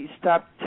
stop